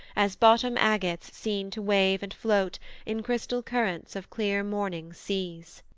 as bottom agates seen to wave and float in crystal currents of clear morning seas.